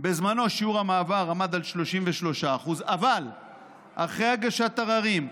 בזמנו שיעור המעבר היה 33%, אבל אחרי הגשת עררים,